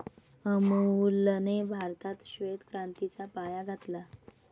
अमूलने भारतात श्वेत क्रांतीचा पाया घातला